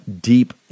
deep